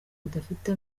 badafite